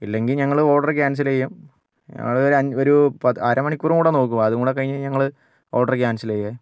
അല്ലെങ്കിൽ ഞങ്ങള് order cancel ചെയ്യും ഞങ്ങളൊരു അഞ്ച ഒരു അര മണിക്കൂറും കൂടെ നോക്കും അതുംകൂടി കഴിഞ്ഞ് ഞങ്ങള് ഓർഡറ് ക്യാൻസൽ ചെയ്യുമേ